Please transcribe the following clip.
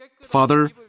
Father